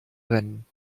rennen